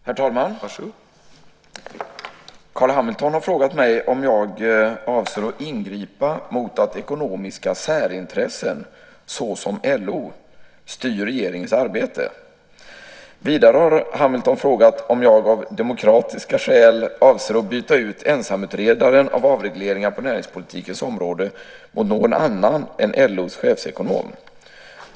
Herr talman! Carl B Hamilton har frågat mig om jag avser att ingripa mot att ekonomiska särintressen, såsom LO, styr regeringens arbete. Vidare har Hamilton frågat om jag av demokratiska skäl avser att byta ut ensamutredaren av avregleringar på näringspolitikens område mot någon annan än LO:s chefsekonom.